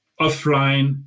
offline